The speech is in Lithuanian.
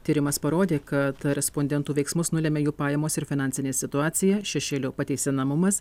tyrimas parodė kad respondentų veiksmus nulemia jų pajamos ir finansinė situacija šešėlio pateisinamumas